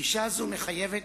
גישה זו מחייבת